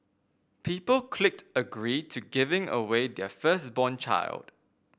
people clicked agree to giving away their firstborn child